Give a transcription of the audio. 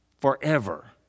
forever